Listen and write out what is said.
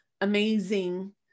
amazing